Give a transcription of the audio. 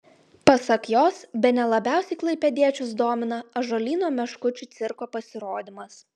pasak jos bene labiausiai klaipėdiečius domina ąžuolyno meškučių cirko pasirodymas